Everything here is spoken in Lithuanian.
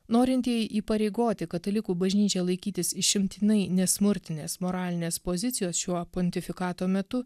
norintieji įpareigoti katalikų bažnyčią laikytis išimtinai nesmurtinės moralinės pozicijos šiuo pontifikato metu